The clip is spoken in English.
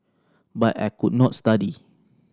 but I could not study